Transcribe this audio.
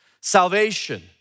salvation